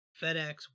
FedEx